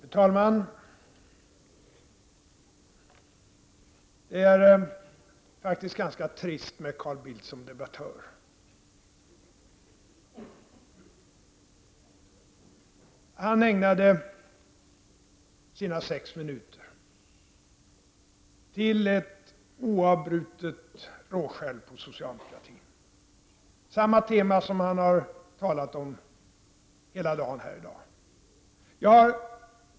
Fru talman! Det är faktiskt ganska trist att höra Carl Bildt som debattör. Han ägnade sina sex minuter till ett oavbrutet råskäll på socialdemokratin — samma tema som han har haft hela dagen här.